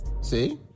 See